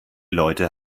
leute